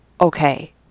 okay